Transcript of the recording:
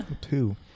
two